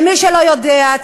למי שלא יודע,